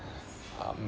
um